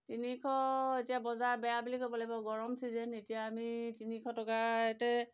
তিনিশ এতিয়া বজাৰ বেয়া বুলি ক'ব লাগিব গৰম ছিজন এতিয়া আমি তিনিশ টকাতে